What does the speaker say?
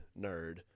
nerd